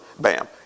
Bam